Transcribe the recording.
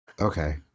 Okay